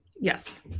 Yes